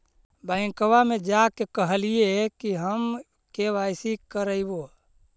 बैंकवा मे जा के कहलिऐ कि हम के.वाई.सी करईवो?